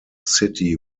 city